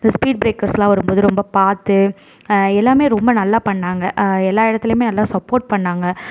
இந்த ஸ்பீட் பிரேக்கர்ஸ்யெலாம் வரும்போது ரொம்ப பார்த்து எல்லாமே ரொம்ப நல்லா பண்ணிணாங்க எல்லா இடத்துலியுமே நல்லா சப்போட் பண்ணிணாங்க